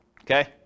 Okay